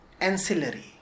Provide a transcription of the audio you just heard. ancillary